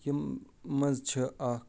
یِم منٛزچھِ اکھ